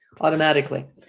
automatically